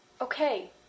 Okay